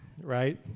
Right